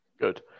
Good